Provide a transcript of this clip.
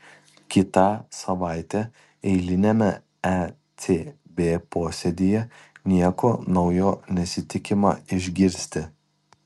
kitą savaitę eiliniame ecb posėdyje nieko naujo nesitikima išgirsti